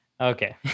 Okay